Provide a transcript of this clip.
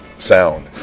sound